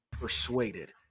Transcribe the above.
persuaded